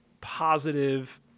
positive